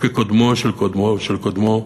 וקודמו של קודמו של קודמו,